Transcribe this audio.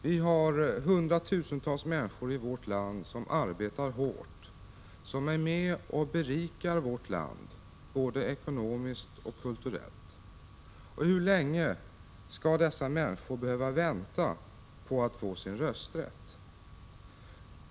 Vi har hundratusentals människor i vårt land som arbetar hårt och som bidrar till att berika vårt land både ekonomiskt och kulturellt. Hur länge skall dessa människor behöva vänta på att få sin rösträtt?